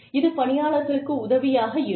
இது பணியாளர்களுக்கு உதவியாக இருக்கும்